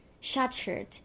shattered